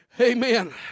Amen